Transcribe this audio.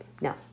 no